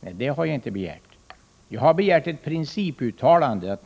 Det har jag inte heller begärt. Jag har begärt ett principuttalande.